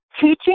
teaching